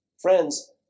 Friends